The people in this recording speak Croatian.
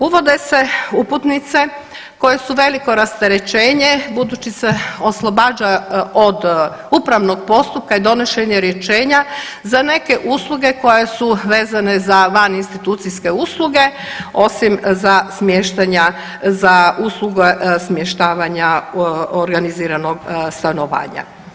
Uvode se uputnice koje su veliko rasterećenje budući se oslobađa od upravnog postupka i donošenje rješenja za neke usluge koje su vezane za van institucijske usluge osim za usluge smještavanja organiziranog stanovanja.